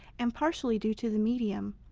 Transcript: and partially due to the medium.